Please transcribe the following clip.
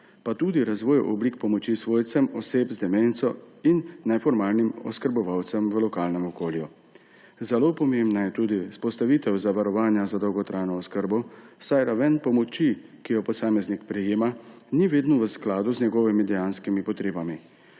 pa tudi razvoj oblik pomoči svojcem oseb z demenco in neformalnih oskrbovalcem v lokalnem okolju. Zelo pomembna je tudi vzpostavitev zavarovanja za dolgotrajno oskrbo, saj raven pomoči, ki jo posameznik prejema, ni vedno v skladu z njegovimi dejanskimi potrebami.